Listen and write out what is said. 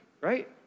right